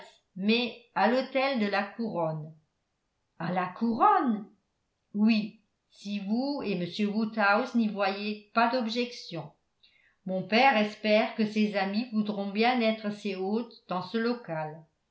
mais à l'hôtel de la couronne à la couronne oui si vous et m woodhouse n'y voyez pas d'objection mon père espère que ses amis voudront bien être ses hôtes dans ce local